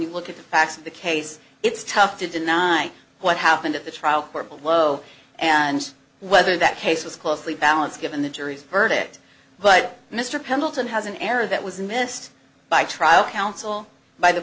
you look at the facts of the case it's tough to deny what happened at the trial court below and whether that case was closely balance given the jury's verdict but mr pendleton has an error that was missed by trial counsel by the